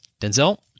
Denzel